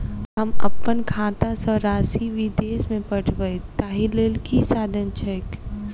हम अप्पन खाता सँ राशि विदेश मे पठवै ताहि लेल की साधन छैक?